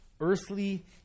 earthly